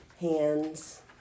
hands